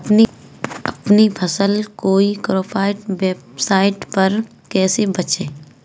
अपनी फसल को ई कॉमर्स वेबसाइट पर कैसे बेचें?